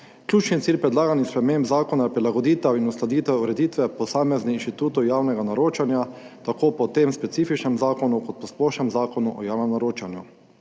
Ključni cilj predlaganih sprememb zakona je prilagoditev in uskladitev ureditve posameznih institutov javnega naročanja, tako po tem specifičnem zakonu, kot po splošnem zakonu, Zakonu o javnem naročanju.